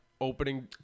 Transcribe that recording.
opening